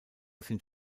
sind